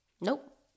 Nope